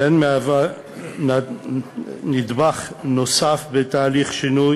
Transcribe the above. והיא מהווה נדבך נוסף הן בתהליך שינוי